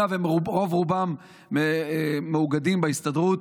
אגב, רוב-רובם מאוגדים בהסתדרות,